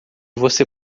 você